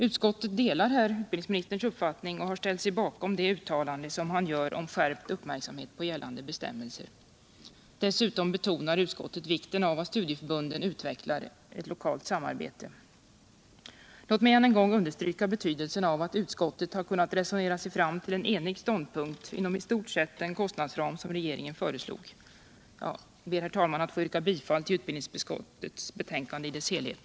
Utskottet delar här utbildningsministerns uppfattning och har ställt sig bakom det uttalande han gör om skärpt uppmärksamhet på gällande bestämmelser. Dessutom betonar utskottet vikten av att studieförbunden utvecklar ett lokalt samarbete. Låt mig än en gång understryka betydelsen av att utskottet har kunnat resonera sig fram till en enig ståndpunkt inom i stort sett den kostnadsram som regeringen föreslog. Jag ber, herr talman, att få yrka bifall till utbildningsutskottets betänkande i dess helhet.